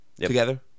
Together